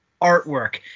artwork